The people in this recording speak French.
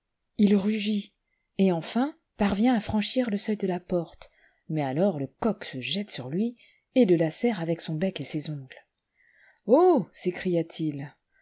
il rugit et enfin parvient à franchir le seuil de la porte mais alors le coq se jette sur lui et le lacère avec son bec et ses ongles oh